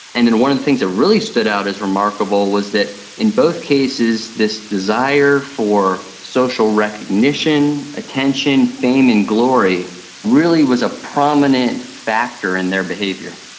and then one of the things that really stood out as remarkable was that in both cases this desire for social recognition, attention, fame and glory really was a prominent factor in their behaviour.